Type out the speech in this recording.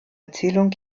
erzählung